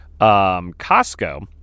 Costco